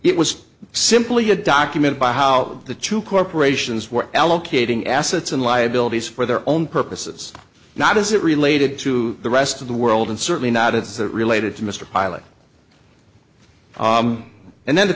it was simply a document by how the two corporations were allocating assets and liabilities for their own purposes not as it related to the rest of the world and certainly not as it related to mr pilot and the